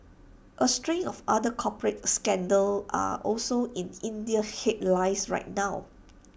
A string of other corporate scandals are also in Indian headlines right now